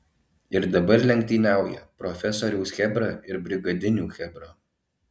ir dabar lenktyniauja profesoriaus chebra ir brigadinių chebra